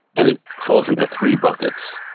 and it falls into three buckets.